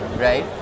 right